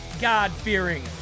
God-fearing